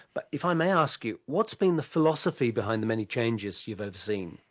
but if i may ask you, what's been the philosophy behind the many changes you've overseen.